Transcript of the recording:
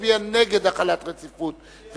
מצביע נגד החלת רציפות.